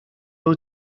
wyt